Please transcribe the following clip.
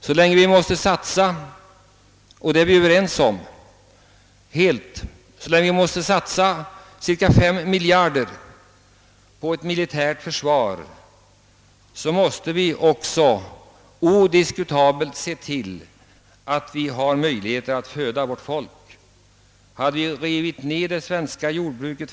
Så länge vi måste satsa fem miljarder årligen på ett militärt försvar — vilket vi är helt överens om att göra — måste vi också ha möjligheter att producera livsmedel i tillräcklig mängd här i landet.